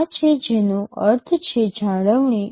આ છે જેનો અર્થ છે જાળવણી